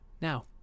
Now